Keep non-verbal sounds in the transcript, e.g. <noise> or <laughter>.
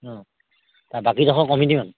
<unintelligible> বাকীডোখৰ committee মানে